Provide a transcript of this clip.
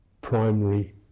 primary